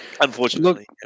Unfortunately